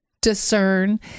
discern